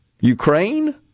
Ukraine